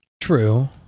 True